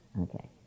okay